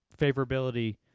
favorability